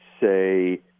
say